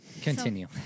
continue